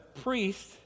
priest